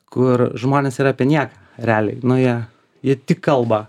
kur žmonės yra apie nieką realiai nu jie jie tik kalba